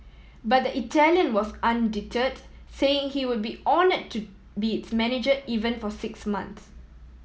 but the Italian was undeterred saying he would be honour to be its manager even for six months